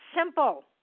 Simple